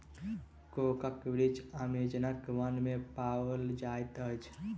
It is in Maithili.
कोको वृक्ष अमेज़नक वन में पाओल जाइत अछि